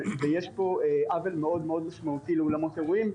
יש פה עוול מאוד משמעותי לאולמות אירועים.